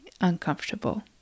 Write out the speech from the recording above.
uncomfortable